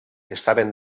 estaven